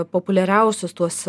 populiariausius tuos